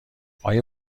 آیا